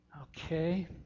Okay